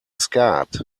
skat